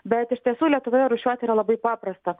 bet iš tiesų lietuvoje rūšiuoti yra labai paprasta